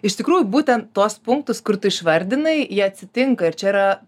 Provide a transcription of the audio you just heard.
iš tikrųjų būtent tuos punktus kur tu išvardinai jie atsitinka ir čia yra